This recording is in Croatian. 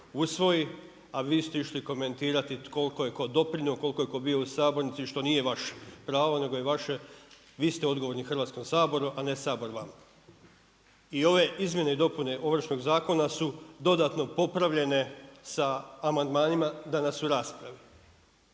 a vi ste išli komentirati koliko je tko doprinjeo, koliko je tko bio u sabornici što nije vaše pravo nego vi ste odgovorni Hrvatskom saboru, a ne Sabor vama. I ovo izmjene i dopune Ovršnog zakona su dodatno popravljene sa amandmanima danas u raspravi